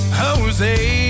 jose